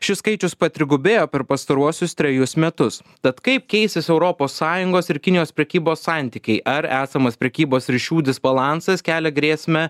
šis skaičius patrigubėjo per pastaruosius trejus metus tad kaip keisis europos sąjungos ir kinijos prekybos santykiai ar esamas prekybos ryšių disbalansas kelia grėsmę